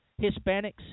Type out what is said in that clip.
Hispanics